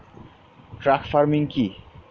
Truck farming কি?